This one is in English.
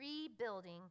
rebuilding